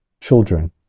children